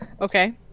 Okay